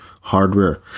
hardware